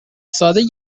ساده